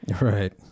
Right